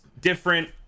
different